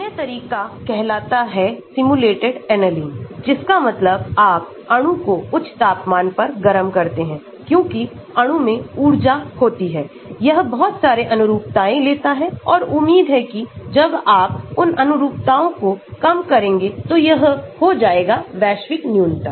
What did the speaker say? अन्य तरीका कहलाता है सिम्युलेटेड एनेलिंग जिसकामतलब आप अणु को उच्च तापमान पर गर्म करते हैं क्योंकि अणु में ऊर्जा होती है यह बहुत सारे अनुरूपताएं लेता है और उम्मीद है कि जब आप उन अनुरूपताओं को कम करेंगे तो यह हो जाएगा वैश्विक न्यूनतम